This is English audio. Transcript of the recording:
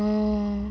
orh